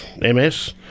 MS